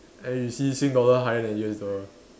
and you see sing dollar higher than U_S dollar